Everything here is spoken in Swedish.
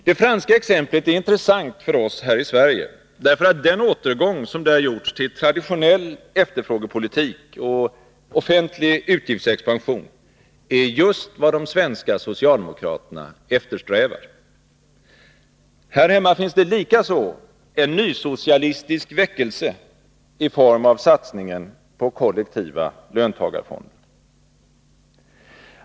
Det franska exemplet är intressant för oss här i Sverige, därför att den återgång som där gjorts till traditionell efterfrågepolitik och offentlig utgiftsexpansion är just vad de svenska socialdemokraterna eftersträvar. Här hemma finns det likaså en nysocialistisk väckelse i form av satsningen på kollektiva löntagarfonder.